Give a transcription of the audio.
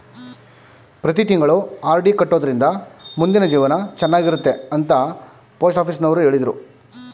ಪ್ರತಿ ತಿಂಗಳು ಆರ್.ಡಿ ಕಟ್ಟೊಡ್ರಿಂದ ಮುಂದಿನ ಜೀವನ ಚನ್ನಾಗಿರುತ್ತೆ ಅಂತ ಪೋಸ್ಟಾಫೀಸುನವ್ರು ಹೇಳಿದ್ರು